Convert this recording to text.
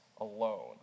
alone